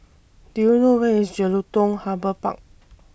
Do YOU know Where IS Jelutung Harbour Park